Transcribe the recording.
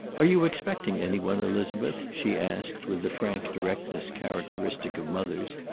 are you expecting any one, elizabeth? she asked, with the frank directness characteristic of mothers,